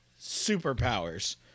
superpowers